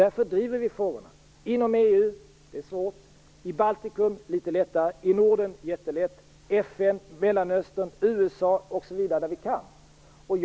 Därför driver vi på inom EU; det är svårt - i Baltikum; det är litet lättare - i Norden; det är jättelätt - i FN, Mellanöstern, USA osv. där vi kan det.